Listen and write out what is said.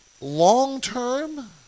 long-term